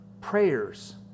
prayers